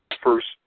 first